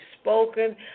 spoken